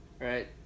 right